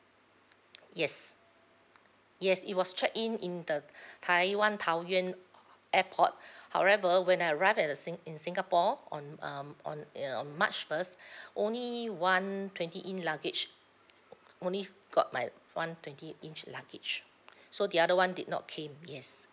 yes yes it was checked in in the taiwan taoyuan uh airport however when I arrived at the sing~ in singapore on um on uh on march first only one twenty in~ luggage o~ only got my one twenty inch luggage so the other one did not came yes